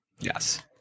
Yes